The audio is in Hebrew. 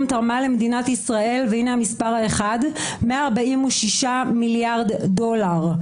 תרמה למדינת ישראל והנה המספר האחד - 146 מיליארד דולר,